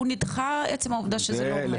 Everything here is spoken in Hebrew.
הוא נדחה עצם העובדה שזה לא עומד בתנאי הסף.